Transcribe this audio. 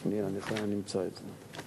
שנייה, אני אמצא את זה.